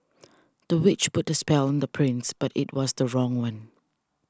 the witch put a spell on the prince but it was the wrong one